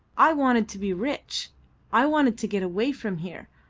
i wanted to be rich i wanted to get away from here.